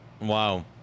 wow